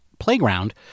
playground